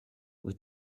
with